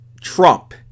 Trump